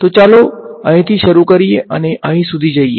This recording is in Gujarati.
તો ચાલો અહીંથી શરુ કરીએ અને અહીં સુધી જઈએ